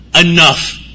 enough